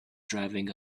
driving